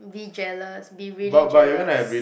be jealous be really jealous